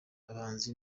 abahanzi